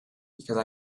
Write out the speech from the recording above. because